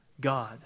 God